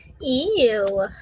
Ew